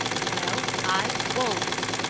well, i won't!